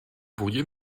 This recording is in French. pourriez